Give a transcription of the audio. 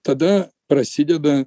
tada prasideda